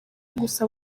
gusa